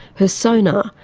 her sonar,